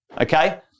okay